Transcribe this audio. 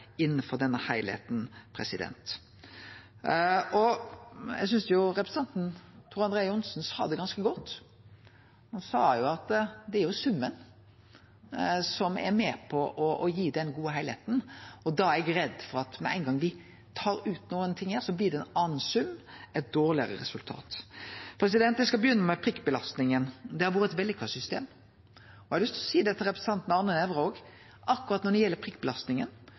innanfor denne heilskapen. Eg synest representanten Tor André Johnsen sa det ganske godt. Han sa at det er summen som er med på å gi den gode heilskapen. Og da er eg redd for at med ein gong me tar ut noko her, blir det ein annan sum, eit dårlegare resultat. Eg skal begynne med prikkbelastninga. Det har vore eit vellykka system. Eg har lyst til å seie til representanten Arne Nævra at akkurat når det gjeld prikkbelastninga,